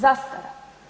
Zastara.